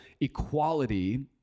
equality